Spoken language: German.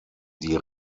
die